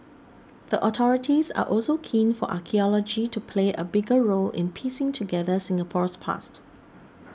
the authorities are also keen for archaeology to play a bigger role in piecing together Singapore's past